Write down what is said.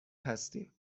هستیم